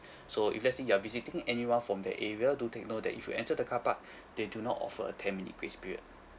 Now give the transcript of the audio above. so if let's say you are visiting anyone from that area do take note that if you enter the car park they do not offer a ten minute grace period